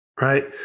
right